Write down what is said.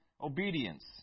obedience